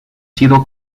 sido